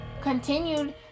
continued